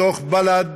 בתוך בל"ד,